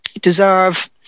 deserve